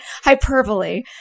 hyperbole